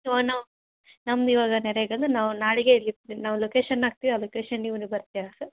ಓ ನಾವು ನಮ್ದು ಇವಾಗ ಹೇಗಂದ್ರ್ ನಾವು ನಾಳೆಗೆ ಇಲ್ಲಿ ಇರ್ತಿವಿ ನಾವು ಲೊಕೇಶನ್ ಹಾಕ್ತೀವಿ ಆ ಲೊಕೇಶನಿಗೆ ನೀವು ಬರ್ತೀರ ಸರ್